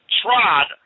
trod